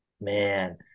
man